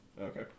Okay